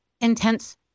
intense